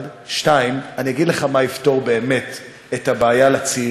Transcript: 1. 2. אני אגיד לך מה יפתור באמת את הבעיה לצעירים,